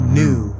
new